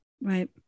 Right